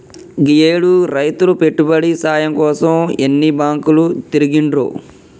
గీయేడు రైతులు పెట్టుబడి సాయం కోసం ఎన్ని బాంకులు తిరిగిండ్రో